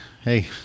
hey